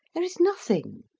there is nothing.